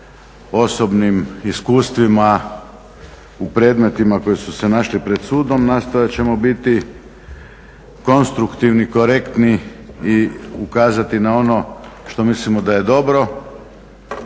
osobnim iskustvima u predmetima koji su se našli pred sudom, nastojat ćemo biti konstruktivni, korektni i ukazati na ono što mislimo da je dobro